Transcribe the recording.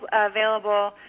available